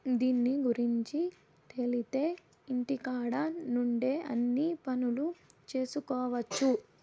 దీని గురుంచి తెలిత్తే ఇంటికాడ నుండే అన్ని పనులు చేసుకొవచ్చు